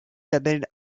label